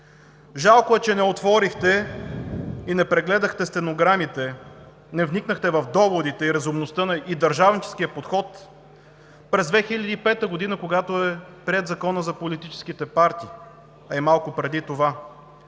Жалко е, че не отворихте и не прегледахте стенограмите, не вникнахте в доводите, разумността и държавническия подход на 2005 г., когато Законът за политическите партии е малко преди това,